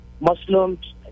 Muslims